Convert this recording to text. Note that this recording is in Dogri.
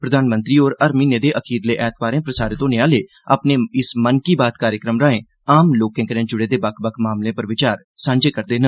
प्रधानमंत्री होर हर म्हीने दे अखीरले ऐतवारें प्रसारत होने आहले अपने मन की बात कार्यक्रम राएं आम लोकें कन्नै जुड़े दे बक्ख बक्ख मामलें पर विचार सांझे करदे न